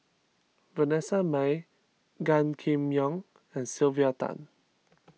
Vanessa Mae Gan Kim Yong and Sylvia Tan